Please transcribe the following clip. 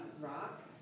rock